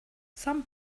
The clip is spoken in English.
some